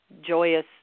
joyous